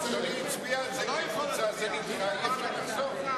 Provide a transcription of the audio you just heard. הצביעו על כולם.